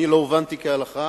אני לא הובנתי כהלכה.